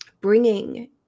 bringing